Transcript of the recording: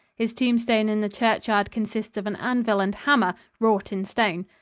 his tombstone in the churchyard consists of an anvil and hammer, wrought in stone.